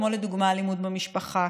כמו לדוגמה אלימות במשפחה,